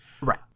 Right